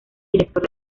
director